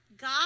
God